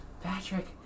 Patrick